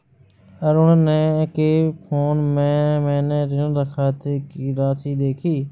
अरुण के फोन में मैने ऋण खाते की राशि देखी